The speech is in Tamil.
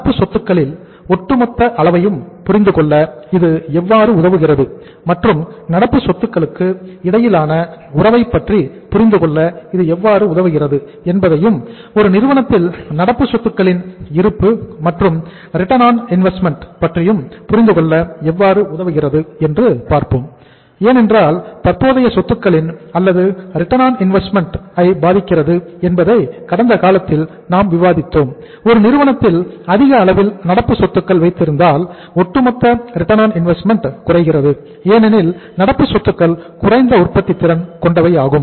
நடப்பு சொத்துக்களில் ஒட்டுமொத்த அளவையும் புரிந்துகொள்ள இது எவ்வாறு உதவுகிறது மற்றும் நடப்பு சொத்துக்களுக்கு இடையிலான உறவைப் பற்றி புரிந்துகொள்ள இது எவ்வாறு உதவுகிறது என்பதையும் ஒரு நிறுவனத்தில் நடப்பு சொத்துக்களின் இருப்பு மற்றும் ரிட்டர்ன் ஆன் இன்வெஸ்ட்மெண்ட் குறைகிறது ஏனெனில் நடப்பு சொத்துக்கள் குறைந்த உற்பத்தித் திறன் கொண்டவை ஆகும்